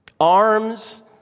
Arms